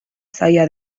zaila